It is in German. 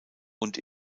und